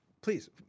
please